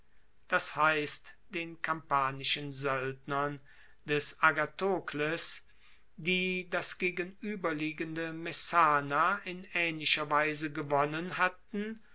das heisst den kampanischen soeldnern des agathokles die das gegenueberliegende messana in aehnlicher weise gewonnen hatten